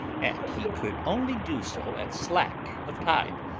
and he could only do so at slack of tide,